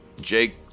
Jake